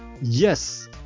Yes